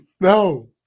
No